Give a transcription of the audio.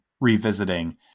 revisiting